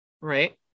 right